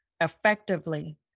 effectively